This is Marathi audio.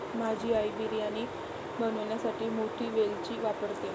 माझी आई बिर्याणी बनवण्यासाठी मोठी वेलची वापरते